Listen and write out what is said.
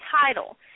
title